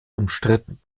umstritten